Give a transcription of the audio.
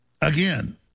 Again